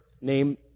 name